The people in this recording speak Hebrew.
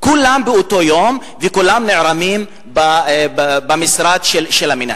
כולם באותו יום וכולם נערמים במשרד של המנהל.